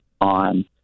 on